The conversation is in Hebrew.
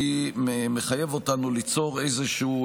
מחייבים אותנו ליצור איזשהו